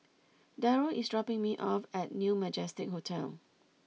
Daryl is dropping me off at New Majestic Hotel